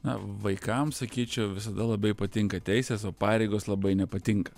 na vaikam sakyčiau visada labai patinka teisės o pareigos labai nepatinka